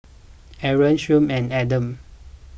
Aaron Shuib and Adam